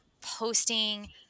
posting